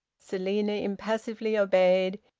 selina impassively obeyed,